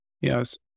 Yes